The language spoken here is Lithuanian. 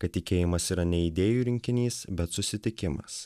kad tikėjimas yra ne idėjų rinkinys bet susitikimas